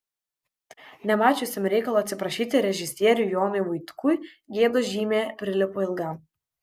nemačiusiam reikalo atsiprašyti režisieriui jonui vaitkui gėdos žymė prilipo ilgam